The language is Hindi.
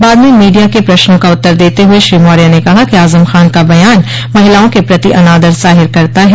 बाद में मीडिया के प्रश्नों का उत्तर देते हुए श्री मौर्य ने कहा कि आजम खान का बयान महिलाओं के प्रति अनादर जाहिर करता है